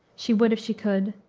she would if she could,